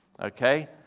okay